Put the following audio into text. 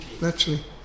naturally